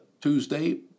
Tuesday